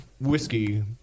whiskey